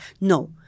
No